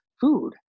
food